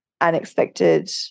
unexpected